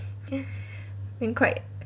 then quite